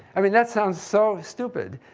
i mean, that sounds so stupid.